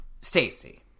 Stacy